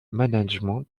management